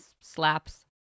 slaps